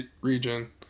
region